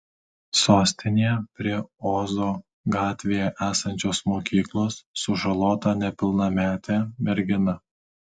sostinėje prie ozo gatvėje esančios mokyklos sužalota nepilnametė mergina